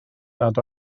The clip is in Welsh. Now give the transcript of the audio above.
nad